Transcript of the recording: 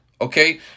Okay